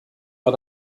war